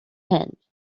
hand